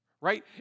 right